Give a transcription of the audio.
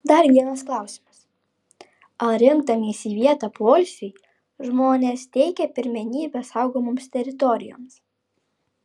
dar vienas klausimas ar rinkdamiesi vietą poilsiui žmonės teikia pirmenybę saugomoms teritorijoms